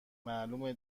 معلومه